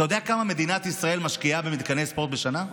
אתה יודע כמה מדינת ישראל משקיעה במתקני ספורט בשנה?